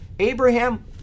Abraham